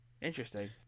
Interesting